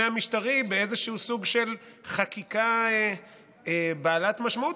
המשטרי באיזשהו סוג של חקיקה בעלת משמעות,